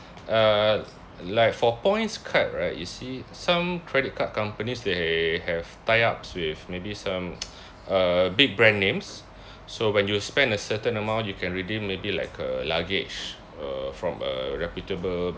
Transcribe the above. uh like for points card right you see some credit card companies they have tie ups with maybe some uh big brand names so when you spend a certain amount you can redeem maybe like a luggage uh from a reputable